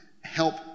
help